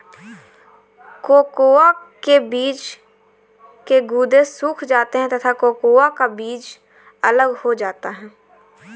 cocoa के गुदे सूख जाते हैं तथा कोकोआ का बीज अलग हो जाता है